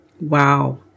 Wow